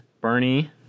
Bernie